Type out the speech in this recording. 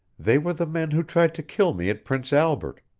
they were the men who tried to kill me at prince albert.